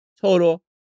total